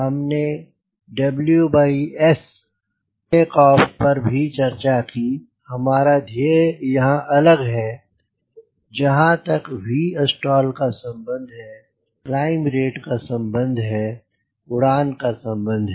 हमने TO पर भी चर्चा की हमारा ध्येय यहां अलग है जहाँ तक Vstall का सम्बन्ध है क्लाइंब रेट का सम्बन्ध है उड़ान का सम्बन्ध है